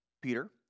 Peter